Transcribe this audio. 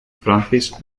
francis